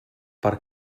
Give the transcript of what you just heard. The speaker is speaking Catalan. per